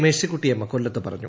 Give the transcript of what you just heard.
മേഴ്സിക്കുട്ടിയമ്മ കൊല്പത്ത് പറഞ്ഞു